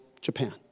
Japan